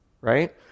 right